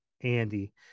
andy